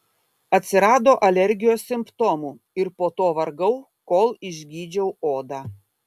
atsirado alergijos simptomų ir po to vargau kol išgydžiau odą